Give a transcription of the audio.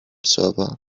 server